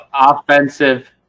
offensive